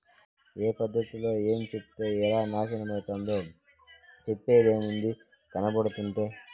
ఏ పద్ధతిలో ఏంచేత్తే ఎలా నాశనమైతందో చెప్పేదేముంది, కనబడుతంటే